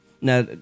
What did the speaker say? Now